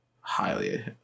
highly